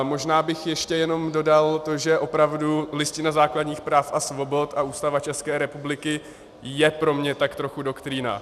Možná bych ještě jenom dodal to, že opravdu Listina základních práv a svobod a Ústava České republiky je pro mě tak trochu doktrína.